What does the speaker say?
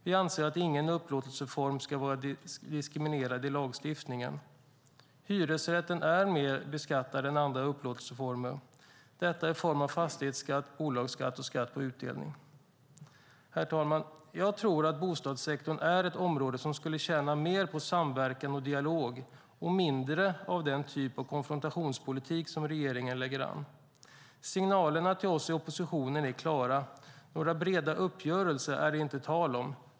Vi anser att ingen upplåtelseform ska vara diskriminerad i lagstiftningen. Hyresrätten är mer beskattad än andra upplåtelseformer - detta i form av fastighetsskatt, bolagsskatt och skatt på utdelning. Herr talman! Jag tror att bostadssektorn är ett område som skulle tjäna mer på samverkan och dialog och mindre av den typ av konfrontationspolitik som regeringen lägger an. Signalerna till oss i oppositionen är klara: Några breda uppgörelser är det inte tal om.